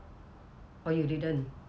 oh you didn't